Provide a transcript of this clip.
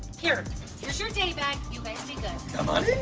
here's here's your day bag! you guys be good! come on